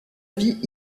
vie